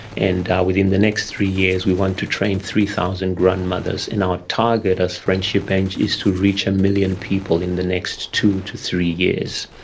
and ah within the next three years we want to train three thousand grandmothers, and our target of friendship bench is to reach a million people in the next two to three years.